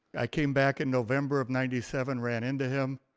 i came back in november of ninety seven, ran into him